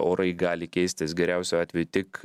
orai gali keistis geriausiu atveju tik